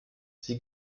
sie